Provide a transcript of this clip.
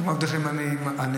כמו עבדכם הנאמן,